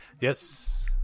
Yes